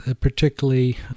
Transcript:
particularly